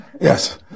Yes